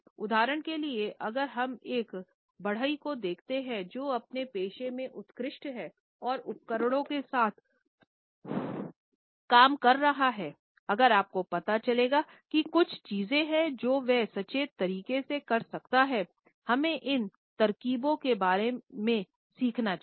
उदाहरण के लिए अगर हम एक बढ़ई को देखते हैं जो अपने पेशे में उत्कृष्ट है और उपकरणों के साथ काम कर रहा हैं अगर आपको पता चलेगा कि कुछ चीजें हैं जो वह सचेत तरीके से कर सकता है और हमें इन तरकीबों के बारे में सिखा सकता है